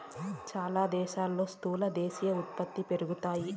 చాలా దేశాల్లో స్థూల దేశీయ ఉత్పత్తి పెరుగుతాది